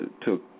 took